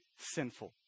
sinful